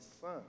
son